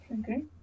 Okay